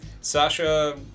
Sasha